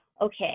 Okay